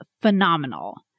phenomenal